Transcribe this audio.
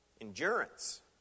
endurance